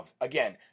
again